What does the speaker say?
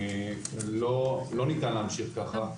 לא ניתן להמשיך ככה,